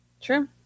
True